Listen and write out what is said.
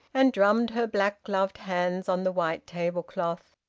and drummed her black-gloved hands on the white table-cloth.